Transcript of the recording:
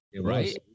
Right